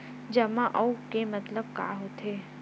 जमा आऊ के मतलब का होथे?